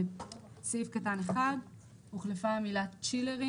בסעיף קטן (1) הוחלפה המילה "צ'ילרים"